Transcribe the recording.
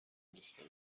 نیستم